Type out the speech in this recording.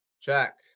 Check